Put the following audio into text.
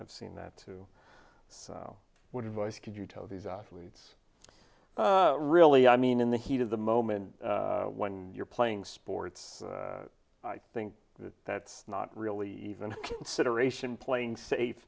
i've seen that too so what advice could you tell these athletes really i mean in the heat of the moment when you're playing sports i think that that's not really even consideration playing safe